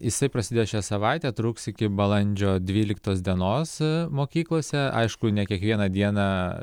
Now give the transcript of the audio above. jisai prasidės šią savaitę truks iki balandžio dvyliktos dienos mokyklose aišku ne kiekvieną dieną